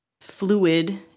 fluid